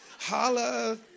Holla